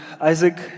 Isaac